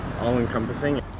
all-encompassing